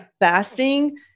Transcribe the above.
fasting